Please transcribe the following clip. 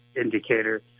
indicator